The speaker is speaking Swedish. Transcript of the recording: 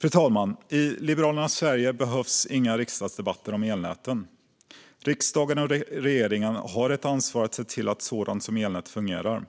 Fru talman! I Liberalernas Sverige behövs inga riksdagsdebatter om elnäten. Riksdagen och regeringen har ett ansvar att se till att sådant som elnät fungerar.